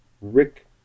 Rick